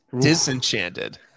Disenchanted